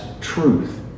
truth